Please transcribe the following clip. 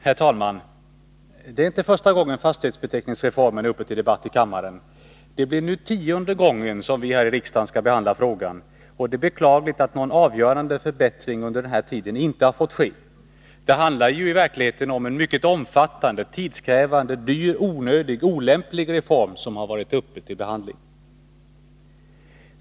Herr talman! Det är inte första gången fastighetsbeteckningsreformen är uppe till debatt i kammaren. Det blir nu tionde gången som vi här i riksdagen skall behandla frågan. Och det är beklagligt att någon avgörande förbättring under den tiden inte har fått ske. Det handlar ju i verkligheten om en mycket omfattande, tidskrävande, dyr, onödig och olämplig reform, som har varit uppe till behandling gång på gång.